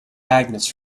magnets